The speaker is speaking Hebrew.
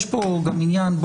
יש פה גם עניין,